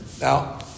Now